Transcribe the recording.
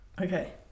okay